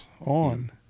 on